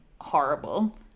horrible